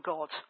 God